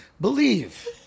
believe